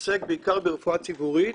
עוסק בעיקר ברפואה ציבורית,